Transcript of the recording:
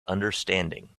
understanding